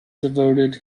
devoted